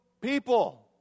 people